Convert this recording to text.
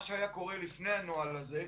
מה שהיה קורה לפני הנוהל הזה,